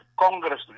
Congress